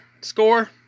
score